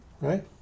Right